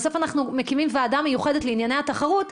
בסוף אנחנו מקימים ועדה מיוחדת לענייני התחרות,